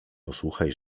posłuchaj